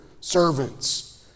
servants